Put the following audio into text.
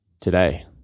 today